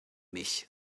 mich